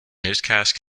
newscast